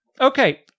Okay